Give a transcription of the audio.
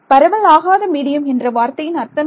பரவல் ஆகாத மீடியம் என்ற வார்த்தையின் அர்த்தம் என்ன